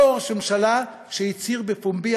אותו ראש ממשלה שהצהיר בפומבי,